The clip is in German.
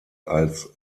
als